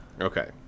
okay